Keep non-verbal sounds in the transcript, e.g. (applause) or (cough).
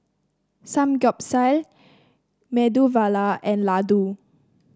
Samgeyopsal Medu (unintelligible) and Ladoo